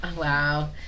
wow